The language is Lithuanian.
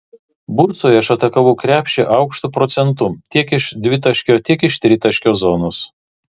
bursoje aš atakavau krepšį aukštu procentu tiek iš dvitaškio tiek iš tritaškio zonos